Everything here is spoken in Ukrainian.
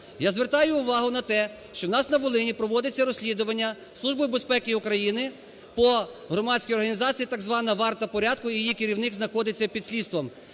Я звертаю увагу на те, що у нас на Волині проводиться розслідування Службою безпеки України по громадській організації, так звана "Варта порядку", і її керівник знаходиться під слідством.